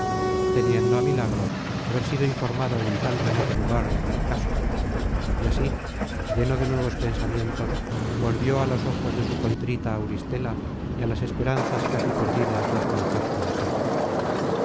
teniendo á milagro haber sido informado en tan remoto lugar de aquel caso y así lleno de nuevos pensamientos volvió á los ojos de su contrita auristela y á las esperanzas casi perdidas de alcanzar su deseo